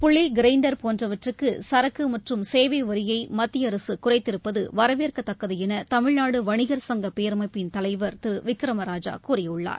புளி கிரைண்டர் போன்றவற்றுக்கு சரக்கு மற்றும் சேவை வரியை மத்திய அரசு குறைத்திருப்பது வரவேற்கத்தக்கது என தமிழ்நாடு வணிகர் சங்கப்பேரமைப்பின் தலைவர் திரு விக்கிரமராஜா கூறியுள்ளார்